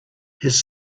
his